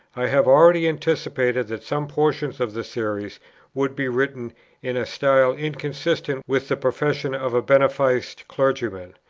i had already anticipated that some portions of the series would be written in a style inconsistent with the professions of a beneficed clergyman,